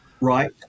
right